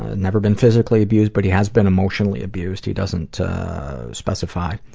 and never been physically abused, but he has been emotionally abused. he doesn't specify.